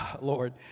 Lord